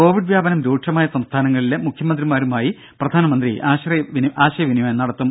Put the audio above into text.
Covid വ്യാപനം രൂക്ഷമായ സംസ്ഥാനങ്ങളിലെ മുഖ്യമന്ത്രിമാരുമായി പ്രധാനമന്ത്രി ആശയവിനിമയം നടത്തും